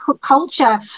culture